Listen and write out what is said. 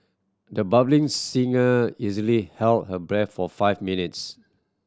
the singer easily held her breath for five minutes